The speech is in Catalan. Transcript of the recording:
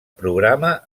programa